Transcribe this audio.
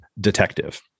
detective